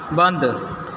ਬੰਦ